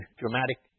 dramatic